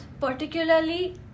particularly